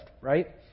right